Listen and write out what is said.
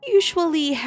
usually